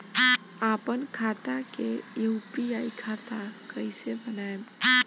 आपन खाता के यू.पी.आई खाता कईसे बनाएम?